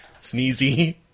Sneezy